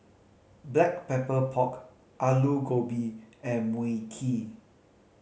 Black Pepper Pork Aloo Gobi and Mui Kee